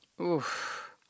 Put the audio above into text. Oof